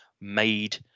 made